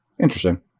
Interesting